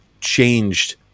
changed